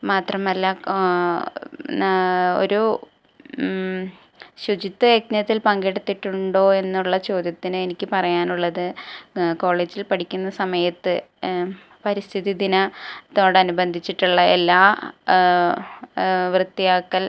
മാത്രമല്ല ഒരു ശുചിത്വ യജ്ഞത്തിൽ പങ്കെടുത്തിട്ടുണ്ടോ എന്നുള്ള ചോദ്യത്തിന് എനിക്കു പറയാനുള്ളത് കോളേജിൽ പഠിക്കുന്ന സമയത്ത് പരിസ്ഥിതി ദിന ത്തോടനുബന്ധിച്ചിട്ടുള്ള എല്ലാ വൃത്തിയാക്കൽ